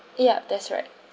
ya that's right